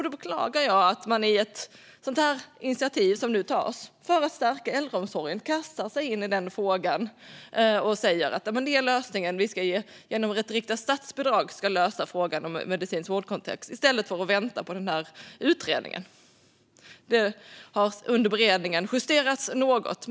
Då beklagar jag att man i det initiativ som nu tas för att stärka äldreomsorgen kastar sig in i frågan och säger att ett riktat statsbidrag ska lösa frågan om medicinsk vårdkontakt, i stället för att vänta på utredningen. Detta har under beredningen justerats något.